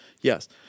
Yes